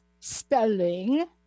Spelling